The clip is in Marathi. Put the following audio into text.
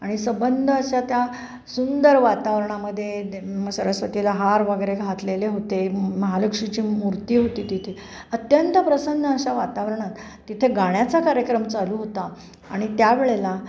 आणि सबंध अशा त्या सुंदर वातावरणामध्ये ते म सरस्वतीला हार वगैरे घातलेले होते म महालक्ष्मीची मूर्ती होती तिथे अत्यंत प्रसन्न अशा वातावरणात तिथे गाण्याचा कार्यक्रम चालू होता आणि त्या वेळेला